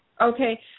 Okay